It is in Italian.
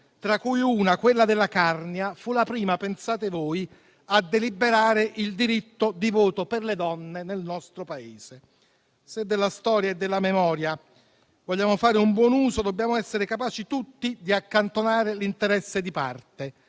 tra cui una, quella della Carnia, fu la prima - pensate voi - a deliberare il diritto di voto per le donne nel nostro Paese. Se della storia e della memoria vogliamo fare buon uso, dobbiamo essere capaci tutti di accantonare l'interesse di parte